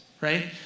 right